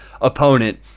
opponent